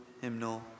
hymnal